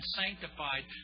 sanctified